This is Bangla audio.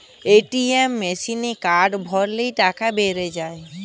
এ.টি.এম মেসিনে কার্ড ভরলে টাকা বেরিয়ে যায়